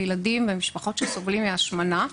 לילדים ולמשפחות שסובלים מהשמנה.